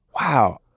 Wow